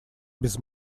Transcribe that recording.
без